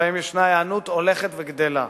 ובהם ישנה היענות הולכת וגדלה.